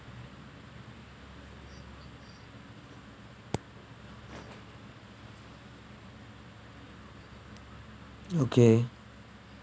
okay